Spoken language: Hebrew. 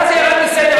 ואז זה ירד מסדר-היום.